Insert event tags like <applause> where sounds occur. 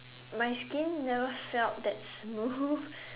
my skin never felt that smooth <laughs>